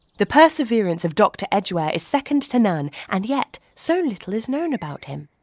the perseverance of doctor edgware is second to none, and yet so little is known about him.